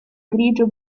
grigio